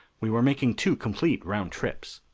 we were making two complete round trips.